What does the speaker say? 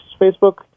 Facebook